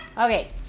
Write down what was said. Okay